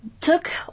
took